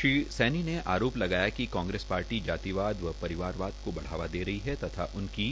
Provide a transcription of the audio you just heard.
श्री सैनी ने आरोप लगाया कि कांग्रेस पार्टी जातिवाद परिवारवाद को बढ़ावा दे रही है तथा उनकी